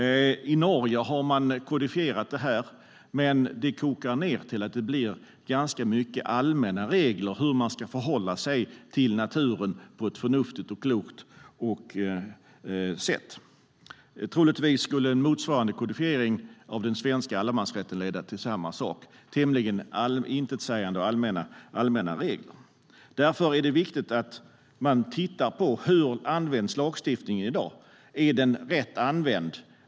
I Norge har man kodifierat det här, men det kokar ned till att det blir ganska mycket allmänna regler om hur man ska förhålla sig till naturen på ett förnuftigt och klokt sätt. Troligtvis skulle en motsvarande kodifiering av den svenska allemansrätten leda till samma sak: tämligen intetsägande och allmänna regler. Därför är det viktigt att man tittar på hur lagstiftningen används i dag. Är den rätt använd?